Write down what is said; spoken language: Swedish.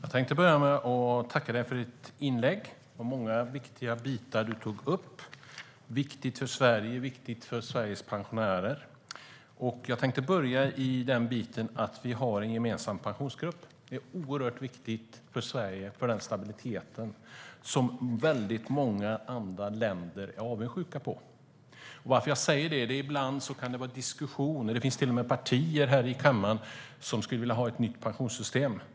Fru talman! Jag vill börja med att tacka Teresa Carvalho för hennes inlägg. Det var många viktiga bitar hon tog upp - viktiga för Sverige och viktiga för Sveriges pensionärer. Jag tänkte börja i det att vi har en gemensam pensionsgrupp. Det är oerhört viktigt för Sverige och för en stabilitet som väldigt många andra länder är avundsjuka på. Jag säger detta därför att det ibland kan vara diskussioner om pensionssystemet, och det finns till och med partier här i kammaren som skulle vilja ha ett nytt pensionssystem.